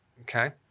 okay